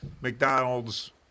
McDonald's